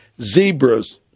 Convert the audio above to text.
zebras